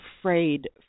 afraid